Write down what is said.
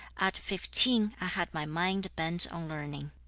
at fifteen, i had my mind bent on learning.